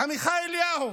עמיחי אליהו,